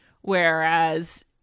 Whereas